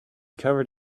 covered